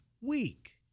week